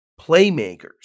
playmakers